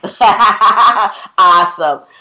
Awesome